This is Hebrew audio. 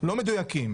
תדברי.